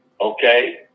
okay